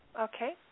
Okay